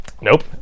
Nope